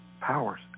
powers